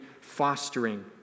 fostering